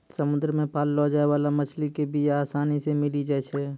समुद्र मे पाललो जाय बाली मछली के बीया आसानी से मिली जाई छै